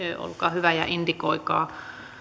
olkaa hyvä ja indikoikaa